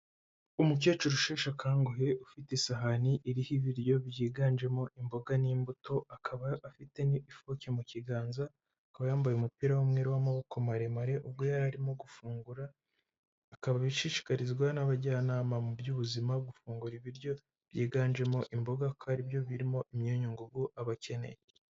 Umukecuru usheshe akanguhe ufite isahani iriho ibiryo byiganjemo imboga n'imbuto akaba afite n'ifoke mu kiganza, akaba yambaye umupira w'umweru w'amaboko maremare ubwo yari arimo gufungura, akaba abishishikarizwa n'abajyanama mu by'ubuzima gufungura ibiryo byiganjemo imboga ko ari byo birimo imyunyungugu aba akeneye.